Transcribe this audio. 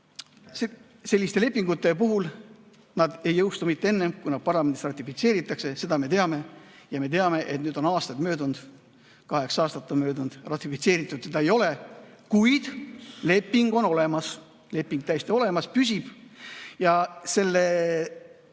ikka selliste lepingute puhul, need ei jõustu mitte enne, kui nad parlamendis ratifitseeritakse. Seda me teame. Ja me teame, et nüüd on aastad möödunud, kaheksa aastat on möödunud, ratifitseeritud seda ei ole, kuid leping on olemas. Leping on täiesti olemas, püsib. Selle